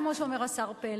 זו בושה, כמו שאומר השר פלד.